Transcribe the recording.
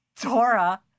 Dora